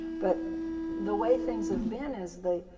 but the way things have been is that